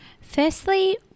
Firstly